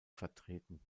vertreten